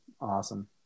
awesome